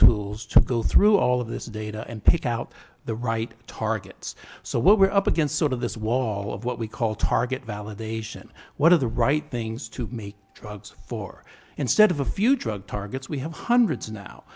tools to go through all of this data and pick out the right targets so what we're up against sort of this wall of what we call target validation what are the right things to make drugs for instead of a few drug targets we have hundreds now